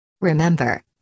Remember